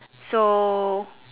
so